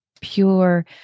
pure